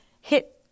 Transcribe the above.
hit